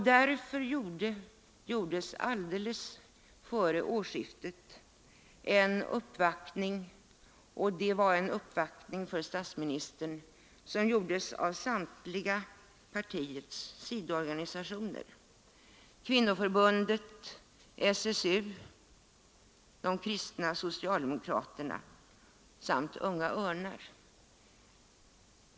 Därför gjordes alldeles före årsskiftet en uppvaktning för statsministern av samtliga partiets sidoorganisationer: kvinnoförbundet, SSU, de kristna socialdemokraterna samt Unga örnar.